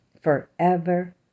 forever